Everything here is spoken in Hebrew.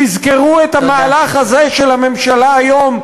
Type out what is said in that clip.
תזכרו את המהלך הזה של הממשלה היום,